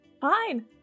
fine